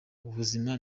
ubuzima